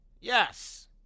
Yes